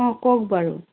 অঁ কওক বাৰু